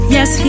Yes